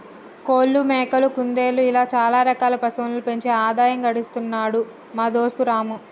కోళ్లు మేకలు కుందేళ్లు ఇలా చాల రకాల పశువులను పెంచి ఆదాయం గడిస్తున్నాడు మా దోస్తు రాము